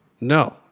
No